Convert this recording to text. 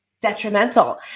detrimental